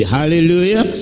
Hallelujah